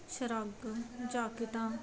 ਸ਼ਰੱਘ ਜਾਕਟਾਂ